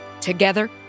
together